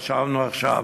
ישבנו עכשיו